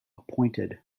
appointed